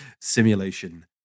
Simulation